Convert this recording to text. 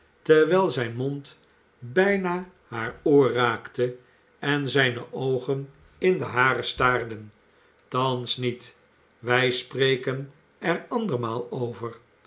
terwijl zijn mond bijna haar oor raakte en zijne oogen in de hare staarden thans niet wij spreken er een andermaal over